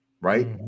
Right